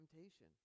temptation